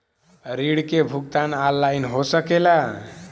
ऋण के भुगतान ऑनलाइन हो सकेला?